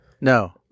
No